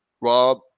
Rob